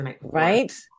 Right